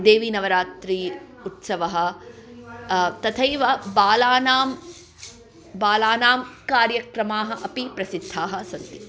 देवी नवरात्रिः उत्सवः तथैव बालानां बालानां कार्यक्रमाः अपि प्रसिद्धाः सन्ति